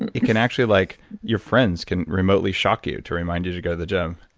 and it can actually, like your friends can remotely shock you to remind you to go to the gym.